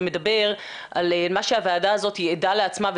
מדבר על מה שהוועדה הזאת ייעדה לעצמה,